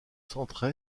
centre